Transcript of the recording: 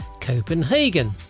Copenhagen